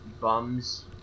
bums